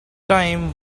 time